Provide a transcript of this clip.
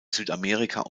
südamerika